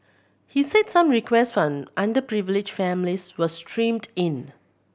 he said some requests from underprivileged families were streamed in